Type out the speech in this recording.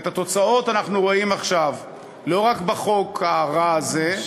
את התוצאות אנחנו רואים עכשיו לא רק בחוק הרע הזה אלא גם,